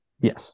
Yes